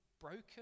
broken